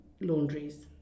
laundries